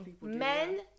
men